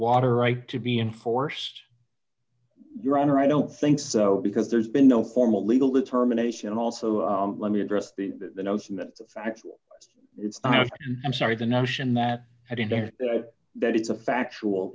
water right to be enforced your honor i don't think so because there's been no formal legal determination also let me address the the notion that the fact is i'm sorry the notion that i didn't say that it's a factual